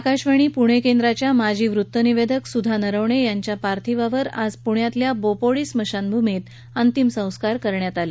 आकाशवाणी पृणे केंद्राच्या माजी वृत्तनिवेदक सुधा नरवणे यांच्या पार्थिव देहावर आज पृण्यातल्या बोपोडी स्मशानभूमीत अंत्यसंस्कार करण्यात आले